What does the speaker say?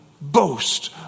boast